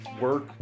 work